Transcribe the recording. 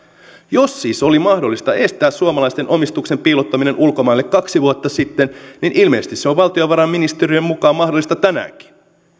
jos siis oli mahdollista estää suomalaisten omistuksen piilottaminen ulkomaille kaksi vuotta sitten niin ilmeisesti se on valtiovarainministeriön mukaan mahdollista tänäänkin